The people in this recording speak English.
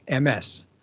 MS